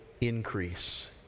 increase